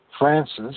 Francis